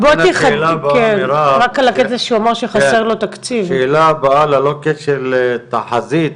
המון גורמים אבל לא מסודרים